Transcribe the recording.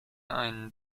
einen